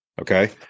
Okay